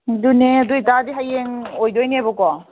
ꯑꯗꯨꯅꯦ ꯑꯗꯨꯏ ꯑꯣꯏ ꯇꯥꯔꯗꯤ ꯍꯌꯦꯡ ꯑꯣꯏꯗꯣꯏꯅꯦꯕꯀꯣ